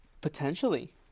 Potentially